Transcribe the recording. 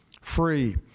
free